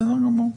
בסדר גמור.